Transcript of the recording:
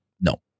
No